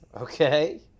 Okay